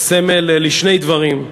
סמל לשני דברים: